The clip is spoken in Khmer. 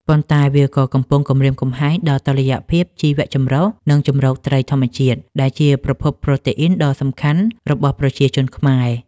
ប៉ុន្តែវាក៏កំពុងគំរាមកំហែងដល់តុល្យភាពជីវចម្រុះ និងជម្រកត្រីធម្មជាតិ ដែលជាប្រភពប្រូតេអ៊ីនដ៏សំខាន់របស់ប្រជាជនខ្មែរ។